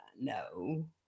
No